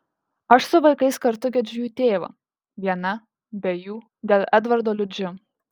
aš su vaikais kartu gedžiu jų tėvo viena be jų dėl edvardo liūdžiu